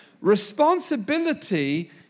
Responsibility